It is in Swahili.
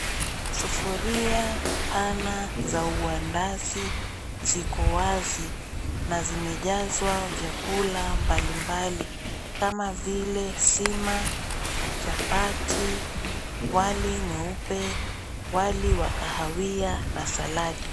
Sufuria pana za uandazi ziko wazi na zimejazwa vyakula mbalimbali kama vile sima, chapati, wali mweupe, wali wa kahawia na saladi.